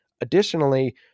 Additionally